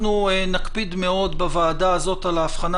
אנחנו נקפיד מאוד בוועדה הזאת על ההבחנה